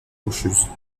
rocheuses